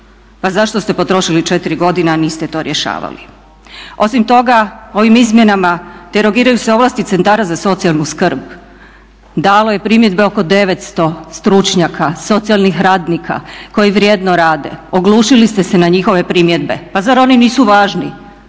Pa zašto ste potrošili 4 godine, a niste to rješavali? Osim toga, ovim izmjenama derogiraju se ovlasti centara za socijalnu skrb. Dalo je primjedbe oko 900 stručnjaka, socijalnih radnika koji vrijedno rade, oglušili ste se na njihove primjedbe. Pa zar oni nisu važni?